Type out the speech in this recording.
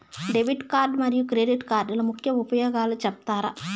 Debit card మరియు credit కార్డుల ముఖ్య ఉపయోగాలు సెప్తారా?